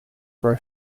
grow